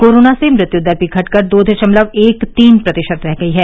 corona से मृत्यू दर भी घटकर दो दशमलव एक तीन प्रतिशत रह गई है